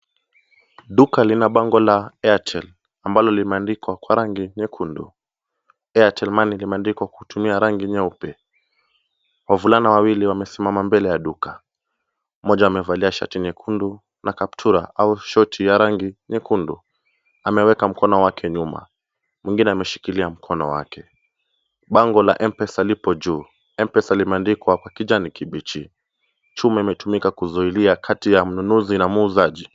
Duka lina bango la Airtel ,ambalo limeandikwa kwa rangi nyekundu, Airtel Money limeandikwa kutumia rangi nyeupe , wavulana wawili wamesimama mbele ya duka ,mmoja amevalia shati nyekundu na kaptula au shoti ya rangi nyekundu ,ameweka mkono wake nyuma, mwingine ameshikilia mkono wake, bango la Mpesa lipo juu ,Mpesa limeandikwa kwa kijani kibichi , chuma limetumika kuzuuilia kati ya mnunuzi na muuzaji.